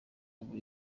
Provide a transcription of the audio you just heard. buri